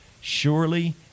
Surely